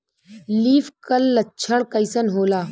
Leaf curl लक्षण कइसन होला?